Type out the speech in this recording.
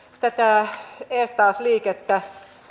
tätä eestaas liikettä